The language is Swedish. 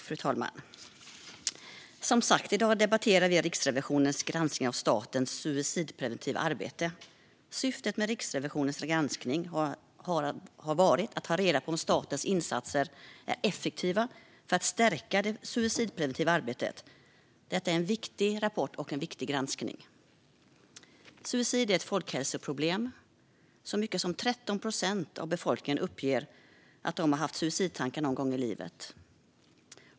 Fru talman! I dag debatterar vi som sagt Riksrevisionens rapport om statens suicidpreventiva arbete. Syftet med Riksrevisionens granskning har varit att ta reda på om statens insatser är effektiva för att stärka det suicidpreventiva arbetet. Det är en viktig granskning och en viktig rapport. Suicid är ett folkhälsoproblem. Så många som 13 procent av befolkningen uppger att de har haft suicidtankar någon gång i livet.